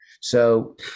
So-